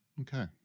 okay